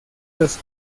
los